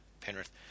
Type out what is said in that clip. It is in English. Penrith